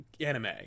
anime